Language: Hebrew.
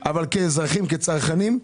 כאזרחים, כצרכנים,